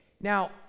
Now